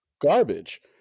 garbage